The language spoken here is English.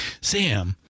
Sam